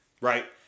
right